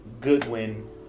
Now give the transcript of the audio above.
Goodwin